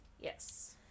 Yes